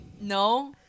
no